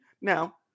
Now